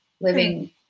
living